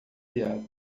piada